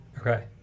Okay